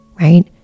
right